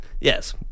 Yes